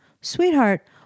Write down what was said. sweetheart